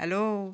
hello